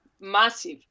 massive